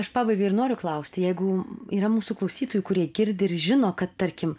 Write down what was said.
aš pabaigai ir noriu klausti jeigu yra mūsų klausytojų kurie girdi ir žino kad tarkim